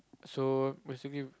so basically